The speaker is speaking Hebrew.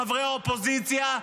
חברי האופוזיציה,